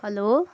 hello